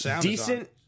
decent